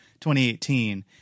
2018